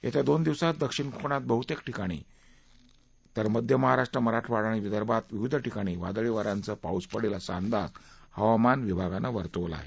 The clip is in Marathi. येत्या दोन दिवसात दक्षिण कोकणात बहुतेक ठिकाणी तर मध्य महाराष्ट्र मराठवाडा आणि विदर्भातल्या विविध ठिकाणी वादळी वा यासह पाऊस पडेल असा अंदाज हवामान विभागानं वर्तवला आहे